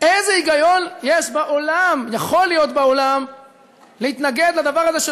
איזה היגיון יכול להיות בעולם להתנגד לדבר הזה,